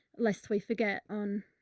lest we forget on.